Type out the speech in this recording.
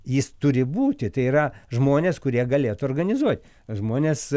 jis turi būti tai yra žmonės kurie galėtų organizuot žmonės